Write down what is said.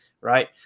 right